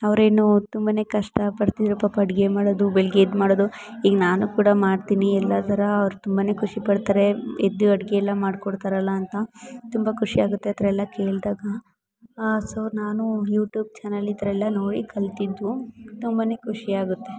ಅವರೇನೂ ತುಂಬ ಕಷ್ಟಪಡ್ತಿದ್ದರು ಪಾಪ ಅಡಿಗೆ ಮಾಡೋದು ಬೆಳಿಗ್ಗೆ ಎದ್ದು ಮಾಡೋದು ಈಗ ನಾನು ಕೂಡ ಮಾಡ್ತೀನಿ ಎಲ್ಲ ಥರ ಅವರು ತುಂಬ ಖುಷಿ ಪಡ್ತಾರೆ ಎದ್ದು ಅಡಿಗೆಯೆಲ್ಲ ಮಾಡ್ಕೊಡ್ತಾರಲ್ಲ ಅಂತ ತುಂಬ ಖುಷಿ ಆಗುತ್ತೆ ಆ ಥರ ಎಲ್ಲ ಕೇಳಿದಾಗ ಸೊ ನಾನು ಯೂಟೂಬ್ ಚಾನಲ್ ಈ ಥರ ಎಲ್ಲ ನೋಡಿ ಕಲಿತಿದ್ದು ತುಂಬ ಖುಷಿ ಆಗುತ್ತೆ